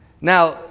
Now